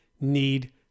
need